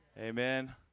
Amen